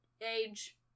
age